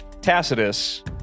Tacitus